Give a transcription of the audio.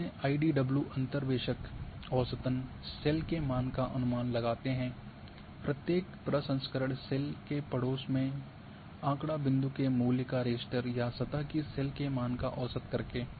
इसमें आईडीडब्ल्यू अंतर्वेशक औसतन सेल के मान का अनुमान लगाते हैं प्रत्येक प्रसंस्करण सेल के पड़ोस में नमूना आंकड़ा बिंदुओं के मूल्य का रास्टर या सतह की सेल के मान का औसत करके